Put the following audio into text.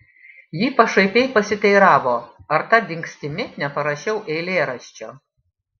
ji pašaipiai pasiteiravo ar ta dingstimi neparašiau eilėraščio